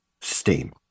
steam